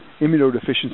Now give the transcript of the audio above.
immunodeficiency